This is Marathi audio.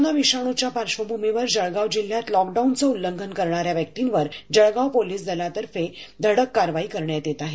कोरोना विषाणूच्या पार्श्वभूमीवर जळगाव जिल्ह्यात लॉकडाऊनचे उल्लंघन करणाऱ्या व्यक्तींवर जळगाव पोलीस दलातर्फे धडक कारवाई करण्यात येत आहे